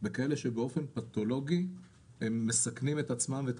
בכאלה שבאופן פתולוגי מסכנים את עצמם ואת